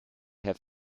have